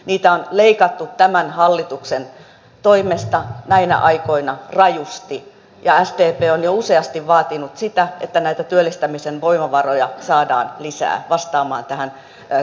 niitä on leikattu tämän hallituksen toimesta näinä aikoina rajusti ja sdp on jo useasti vaatinut sitä että näitä työllistämisen voimavaroja saadaan lisää vastaamaan tähän kauheaan tilanteeseen